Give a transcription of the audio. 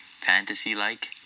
fantasy-like